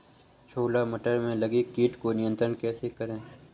छोला मटर में लगे कीट को नियंत्रण कैसे करें?